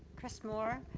chris moore.